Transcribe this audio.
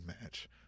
match